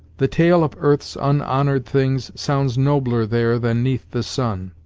the tale of earth's unhonored things sounds nobler there than neath the sun